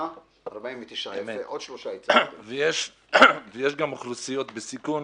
ויש גם אוכלוסיות בסיכון